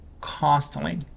constantly